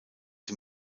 sie